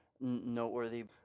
noteworthy